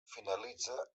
finalitza